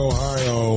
Ohio